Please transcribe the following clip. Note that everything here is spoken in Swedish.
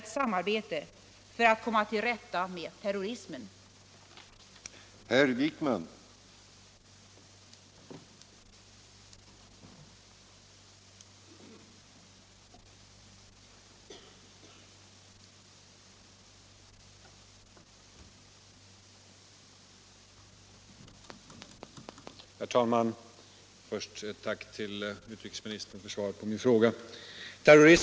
När det gäller det konkreta fall som herr Wijkman berör i sin fråga till mig är det uppenbart att Frankrike haft att ta hänsyn till dels utlämningsavtalen med Förbundsrepubliken Tyskland och Israel, dels intern fransk lag. Om dessa tillämpningsfrågor saknar jag möjlighet att uttala mig. Det är uppenbart att händelser av den typ varom här är fråga inskärper behovet av effektivare internationellt samarbete för att komma till rätta med terrorismen.